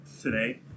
today